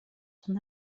son